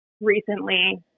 recently